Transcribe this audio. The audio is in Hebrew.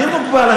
אני מוגבל,